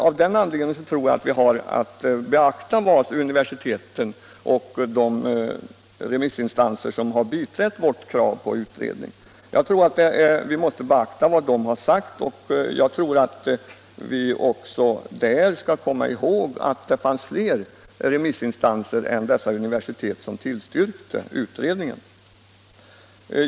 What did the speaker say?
Av den anledningen tror jag att vi har att beakta vad universiteten och de övriga remissinstanser som har biträtt vårt krav på utredning har sagt. Vi måste komma ihåg att det var fler remissinstanser än dessa universitet som tillstyrkte utredning.